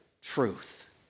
truth